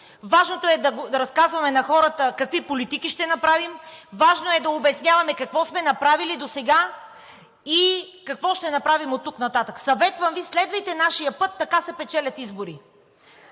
Важно е да разказваме на хората какви политики ще направим. Важно е да обясняваме какво сме направили досега и какво ще направим оттук нататък. Съветвам Ви: следвайте нашия път, така се печелят избори!